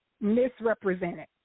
misrepresented